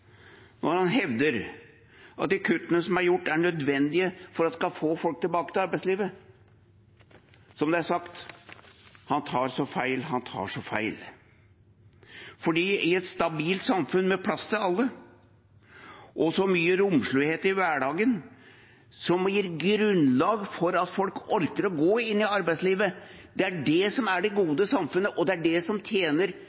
når han hevder at de kuttene som er gjort, er nødvendige for at man skal få folk tilbake til arbeidslivet. Som det er sagt: Han tar så feil, han tar så feil! Et stabilt samfunn med plass til alle og med romslighet i hverdagen, som legger grunnlaget for at folk orker å gå inn i arbeidslivet, er det gode samfunnet, og det er det som